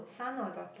son or daughter